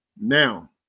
Now